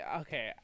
Okay